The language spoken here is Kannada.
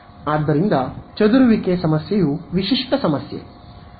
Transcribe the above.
ಆದ್ದರಿಂದ ಚದುರುವಿಕೆ ಸಮಸ್ಯೆಯು ವಿಶಿಷ್ಟ ಸಮಸ್ಯೆ